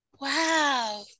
Wow